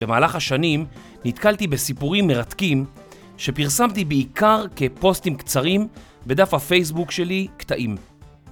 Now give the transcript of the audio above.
במהלך השנים נתקלתי בסיפורים מרתקים שפרסמתי בעיקר כפוסטים קצרים בדף הפייסבוק שלי, קטעים